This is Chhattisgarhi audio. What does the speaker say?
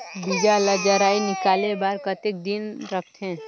बीजा ला जराई निकाले बार कतेक दिन रखथे?